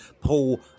Paul